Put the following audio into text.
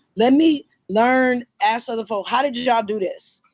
let me learn. ask other folk how did did y'all do this?